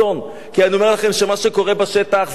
כי אני אומר לכם שמה שקורה בשטח זה לא בן-ארי